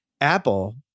Apple